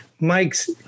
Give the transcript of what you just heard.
Mike's